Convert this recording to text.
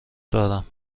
دارم